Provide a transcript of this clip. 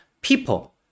People